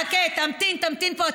חכה, תמתין, תמתין פה.